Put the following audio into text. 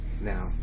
now